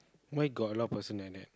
mine got a lot of person